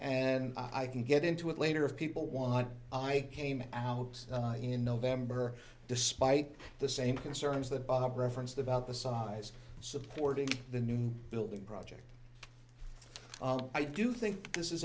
and i can get into it later if people want i came out in november despite the same concerns that bob referenced about the size supporting the new building project i do think this is